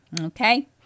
Okay